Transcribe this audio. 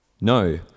No